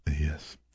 Yes